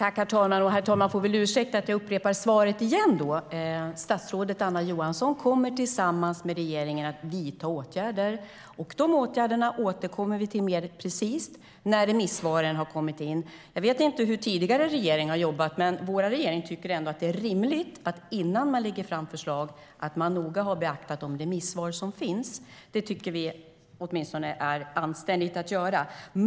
Herr talman! Jag får be om ursäkt för att jag upprepar svaret igen. Statsrådet Anna Johansson kommer tillsammans med regeringen att vidta åtgärder, och dessa åtgärder återkommer vi till mer precist när remissvaren har kommit in. Jag vet inte hur den tidigare regeringen har jobbat, men vår regering tycker att det är rimligt att noga beakta de remissvar som finns innan man lägger fram förslag. Det tycker vi är anständigt att göra.